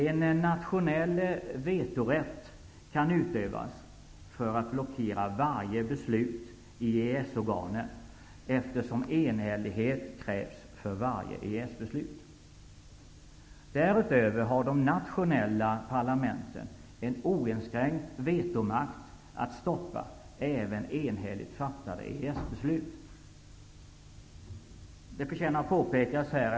En nationell vetorätt kan utövas för att blockera varje beslut i EES-organen, eftersom enhällighet krävs för varje EES-beslut. Därutöver har de nationella parlamenten en oinskränkt vetomakt att stoppa även enhälligt fattade EES-beslut.